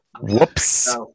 Whoops